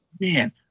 man